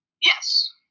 Yes